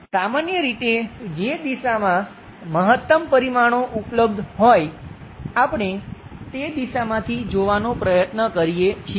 સામાન્ય રીતે જે દિશામાં મહત્તમ પરિમાણો ઉપલબ્ધ હોય આપણે તે દિશામાંથી જોવાનો પ્રયત્ન કરીએ છીએ